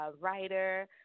Writer